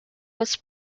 was